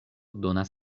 donas